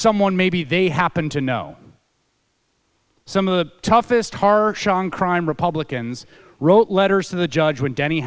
someone maybe they happen to know some of the toughest harsh on crime republicans wrote letters to the judge when denny